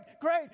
great